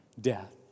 death